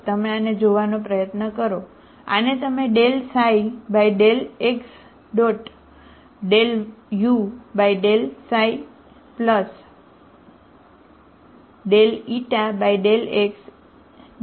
તમે આને જોવાનો પ્રયત્ન કરો આને તમે ∂x∂u ∂x∂u